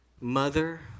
mother